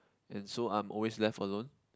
and so I'm always left alone